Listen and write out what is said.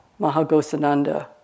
Mahagosananda